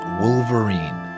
Wolverine